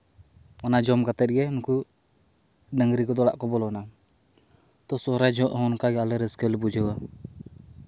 ᱚᱱᱟ ᱡᱚᱢ ᱠᱟᱛᱮᱫ ᱜᱮ ᱱᱩᱠᱩ ᱰᱟᱝᱨᱤ ᱠᱚᱫᱚ ᱚᱰᱟᱜ ᱠᱚ ᱵᱚᱞᱚᱱᱟ ᱛᱚ ᱥᱚᱦᱚᱨᱟᱭ ᱡᱚᱠᱷᱮᱡ ᱦᱚᱸ ᱚᱱᱠᱟᱜᱮ ᱟᱞᱮᱦᱚᱸ ᱨᱟᱹᱥᱠᱟᱹᱞᱮ ᱵᱩᱡᱷᱟᱹᱣᱟ